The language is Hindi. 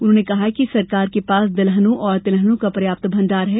उन्होंने कहा कि सरकार के पास दलहनों और तिलहनों का पर्याप्त भंडार है